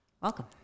welcome